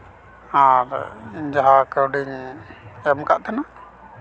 ᱟᱨ ᱡᱟᱦᱟᱸ ᱠᱟᱹᱣᱰᱤᱧ ᱮᱢ ᱠᱟᱜ ᱛᱟᱦᱮᱱᱟ